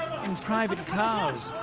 in private cars,